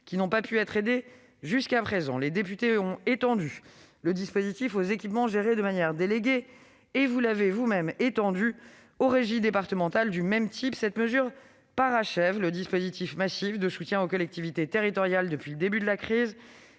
qui n'ont pas pu être aidés jusqu'à présent. Les députés ont étendu le dispositif aux équipements gérés de manière déléguée, et vous l'avez vous-même étendu aux régies départementales du même type. Cette mesure parachève le dispositif massif de soutien aux collectivités territoriales depuis le début de la crise.